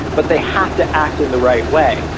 but they have to act in the right way.